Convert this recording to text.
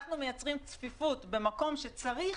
אנחנו מייצרים צפיפות במקום שצריך